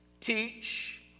teach